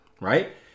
right